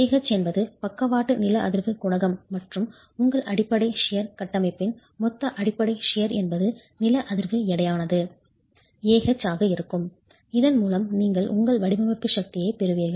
Ah என்பது பக்கவாட்டு lateral நில அதிர்வு குணகம் மற்றும் உங்கள் அடிப்படை ஷியர் கத்தரிப்பது கட்டமைப்பின் மொத்த அடிப்படை ஷியர் கத்தரிப்பது என்பது நில அதிர்வு எடையானது Ah ஆக இருக்கும் இதன் மூலம் நீங்கள் உங்கள் வடிவமைப்பு சக்தியைப் பெறுவீர்கள்